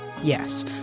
Yes